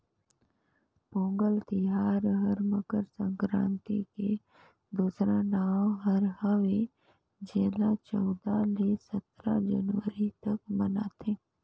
पोगंल तिहार हर मकर संकरांति के दूसरा नांव हर हवे जेला चउदा ले सतरा जनवरी तक मनाथें